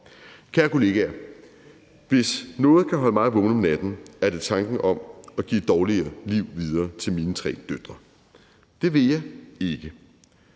Kære kollegaer, hvis noget kan holde mig vågen om natten, er det tanken om at give et dårligere liv videre til mine tre døtre. Det vil jeg ikke.